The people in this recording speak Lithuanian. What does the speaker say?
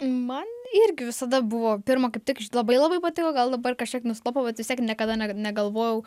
man irgi visada buvo pirma kaip tik labai labai patiko gal dabar kažkiek nuslopo bet vis tiek niekada ne negalvojau